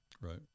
Right